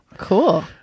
Cool